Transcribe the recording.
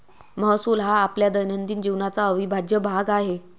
महसूल हा आपल्या दैनंदिन जीवनाचा अविभाज्य भाग आहे